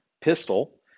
pistol